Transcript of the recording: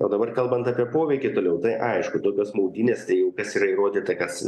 o dabar kalbant apie poveikį toliau tai aišku tokios maudynes tai į upes yra įrodyta kas